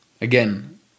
Again